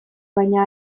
baina